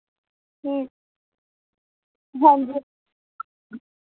हांजी